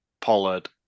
Pollard